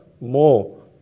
more